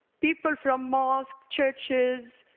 people from mosques, churches,